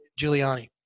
Giuliani